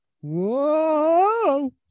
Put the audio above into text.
Whoa